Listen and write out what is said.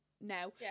no